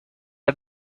are